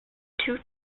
two